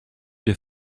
des